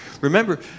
remember